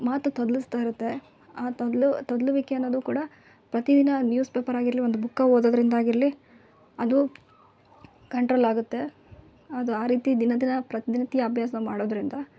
ಮಾತು ತೊದಲಿಸ್ತ ಇರುತ್ತೆ ಆ ತೊದಲು ತೊದಲುವಿಕೆ ಅನ್ನೋದು ಕೂಡ ಪ್ರತಿದಿನ ನ್ಯೂಸ್ ಪೇಪರಾಗಿರಲಿ ಒಂದು ಬುಕ್ಕ ಓದೋದರಿಂದ ಆಗಿರಲಿ ಅದು ಕಂಟ್ರೋಲಾಗುತ್ತೆ ಅದು ಆ ರೀತಿ ದಿನ ದಿನ ಪ್ರತ್ದಿತ್ಯ ಅಭ್ಯಾಸ ಮಾಡೋದರಿಂದ